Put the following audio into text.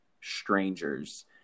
strangers